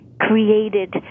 created